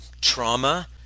Trauma